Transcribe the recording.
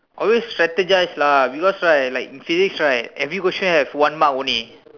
always strategize lah cause in physics right every questions got one mark only